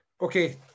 Okay